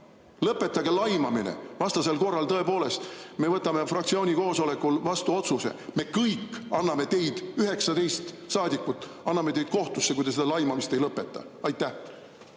Lõpetage laimamine! Vastasel korral tõepoolest me võtame fraktsiooni koosolekul vastu otsuse: me kõik anname teid – 19 saadikut –, anname teid kohtusse, kui te seda laimamist ei lõpeta. Ma